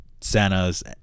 Santa's